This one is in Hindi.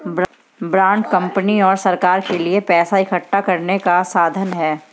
बांड कंपनी और सरकार के लिए पैसा इकठ्ठा करने का साधन है